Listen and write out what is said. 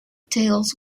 tales